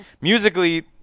musically